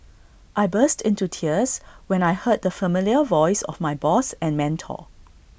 I burst into tears when I heard the familiar voice of my boss and mentor